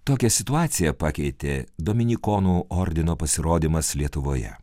tokią situaciją pakeitė dominikonų ordino pasirodymas lietuvoje